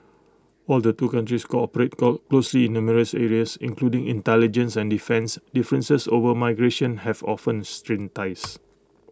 while the two countries cooperate call closely in numerous areas including intelligence and defence differences over migration have often strained ties